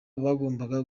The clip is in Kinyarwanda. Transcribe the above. bagombaga